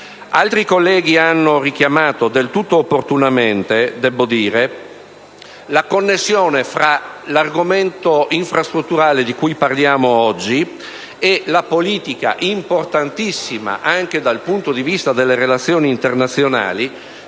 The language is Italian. riguarda, come richiamato del tutto opportunamente da altri colleghi, la connessione tra l'argomento infrastrutturale di cui parliamo oggi e la politica importantissima, anche dal punto di vista delle relazioni internazionali,